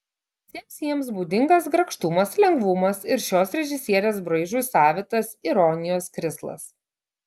visiems jiems būdingas grakštumas lengvumas ir šios režisierės braižui savitas ironijos krislas